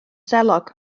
selog